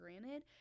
granted